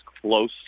close